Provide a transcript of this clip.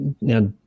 Now